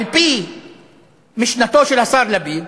על-פי משנתו של השר לפיד,